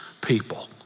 people